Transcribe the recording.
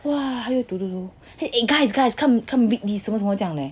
!wah! 他又读读读 eh guys come read 什么什么这样的 eh